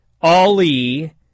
Ali